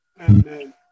Amen